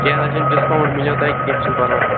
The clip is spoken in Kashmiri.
کیٚنٛہہ نہَ حظ چھُنہٕ ڈِسکاوُنٛٹ میلیو تۄہہِ کیٚنٛہہ چھُنہٕ پرواے